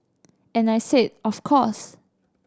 and I said of course